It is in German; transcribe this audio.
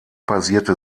basierte